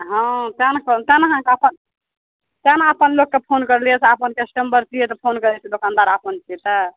हँ तैँ नऽ कहलहुँ तैँ ने अहाँके अपन तैँ ने अपन लोकके फोन करलियै से अपन कस्टमर छियै तऽ फोन करय छियै दोकानदार अपन छियै तऽ